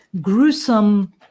gruesome